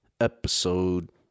episode